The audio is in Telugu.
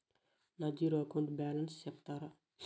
నా జీరో అకౌంట్ బ్యాలెన్స్ సెప్తారా?